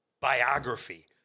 biography